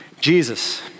Jesus